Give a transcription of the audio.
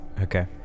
Okay